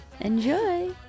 Enjoy